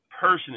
person